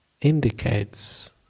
indicates